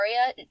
area